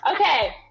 Okay